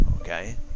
okay